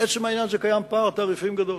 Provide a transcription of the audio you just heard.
עצם העניין: קיים פער תעריפים גדול,